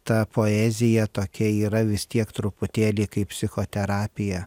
ta poezija tokia yra vis tiek truputėlį kaip psichoterapija